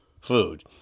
food